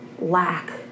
lack